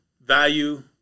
value